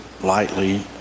lightly